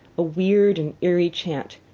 a weird and eerie chant,